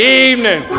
evening